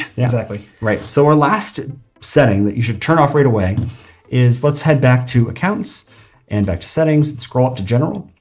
exactly. right, so our last setting that you should turn off right away is, let's head back to accounts and back to settings, and scroll up to general.